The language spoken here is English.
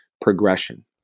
progression